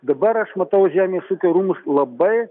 dabar aš matau žemės ūkio rūmus labai